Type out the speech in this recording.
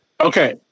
okay